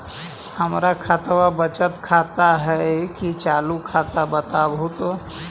हमर खतबा बचत खाता हइ कि चालु खाता, बताहु तो?